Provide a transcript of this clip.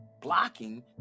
blocking